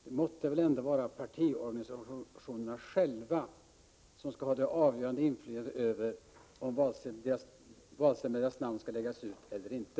Det måtte väl ändå vara partiorganisationerna själva som skall ha det avgörande inflytandet över om valsedlar med deras namn skall läggas ut eller inte.